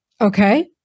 Okay